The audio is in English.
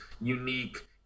unique